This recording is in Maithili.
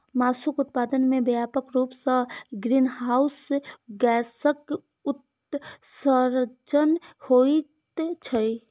मासुक उत्पादन मे व्यापक रूप सं ग्रीनहाउस गैसक उत्सर्जन होइत छैक